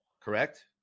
Correct